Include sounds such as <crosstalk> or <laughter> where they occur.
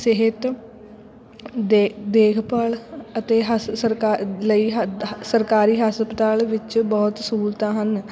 ਸਿਹਤ ਦੇ ਦੇਖਭਾਲ ਅਤੇ ਹਸ ਸਰਕਾਰ ਲਈ <unintelligible> ਸਰਕਾਰੀ ਹਸਪਤਾਲ ਵਿੱਚ ਬਹੁਤ ਸਹੂਲਤਾਂ ਹਨ